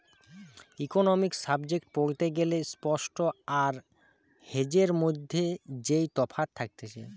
economics subject পড়তে গ্যালে spot আর হেজের মধ্যে যেই তফাৎ থাকতিছে